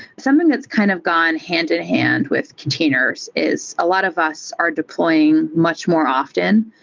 something that's kind of gone hand-to-hand with containers is a lot of us are deploying much more often,